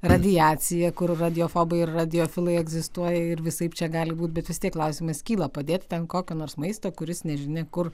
radiacija kur radiofobai ir radiofilai egzistuoja ir visaip čia gali būt bet vis tiek klausimas kyla padėt ten kokio nors maisto kuris nežinia kur